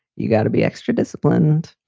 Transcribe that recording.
you got to be extra disciplined.